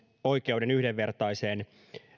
oikeuden yhdenvertaiseen